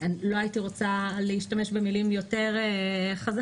לא הייתי רוצה להשתמש במילים יותר חזקות,